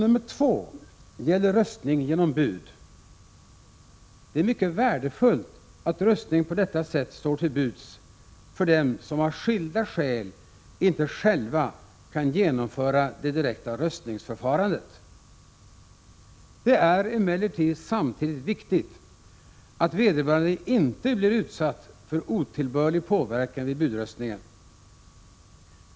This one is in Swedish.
Reservation 2 gäller röstning genom bud. Det är mycket värdefullt att röstning på detta sätt står till buds för dem som av skilda skäl inte själva kan delta i det direkta röstningsförfarandet. Det är emellertid samtidigt viktigt att vederbörande inte blir utsatt för otillbörlig påverkan vid budröstningen.